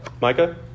Micah